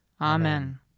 Amen